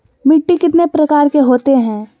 मिट्टी कितने प्रकार के होते हैं?